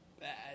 Bad